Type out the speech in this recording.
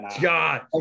God